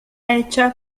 hecha